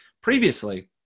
previously